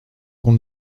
qu’on